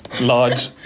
large